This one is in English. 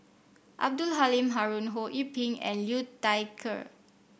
Abdul Halim Haron Ho Yee Ping and Liu Thai Ker